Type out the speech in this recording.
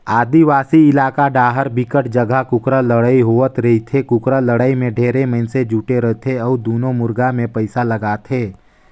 आदिवासी इलाका डाहर बिकट जघा कुकरा लड़ई होवत रहिथे, कुकरा लड़ाई में ढेरे मइनसे जुटे रथे अउ दूनों मुरगा मे पइसा लगाथे